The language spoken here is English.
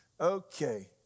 Okay